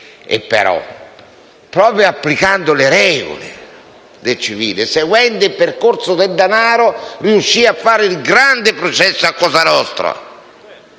Tuttavia, proprio applicando le regole del civile e seguendo il percorso del denaro, riuscì a fare il grande processo a Cosa nostra,